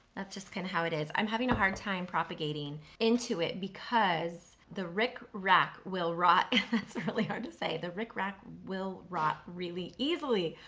that's just kinda how it is. i'm having a hard time propagating into it because the ric rac will rot that's really hard to say, the ric rac will rot really easily.